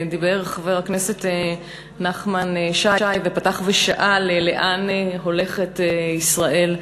דיבר חבר הכנסת נחמן שי ופתח ושאל לאן הולכת ישראל.